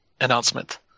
announcement